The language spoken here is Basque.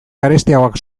garestiagoak